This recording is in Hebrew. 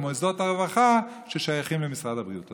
מוסדות הרווחה ששייכים למשרד הבריאות.